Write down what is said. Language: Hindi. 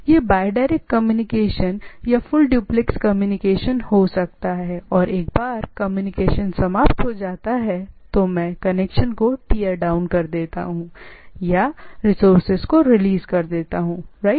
यह बाय डायरेक्ट कम्युनिकेशन या फुल डुप्लेक्स कम्युनिकेशन हो सकता है और एक बार कम्युनिकेशन समाप्त हो जाता है तो मैं कनेक्शन को टियर्डाउन कर देता हूं या रिसोर्सेज को रिलीज कर देता हूं राइट